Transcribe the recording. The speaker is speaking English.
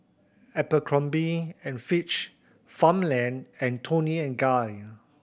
Abercrombie and Fitch Farmland and Toni and Guy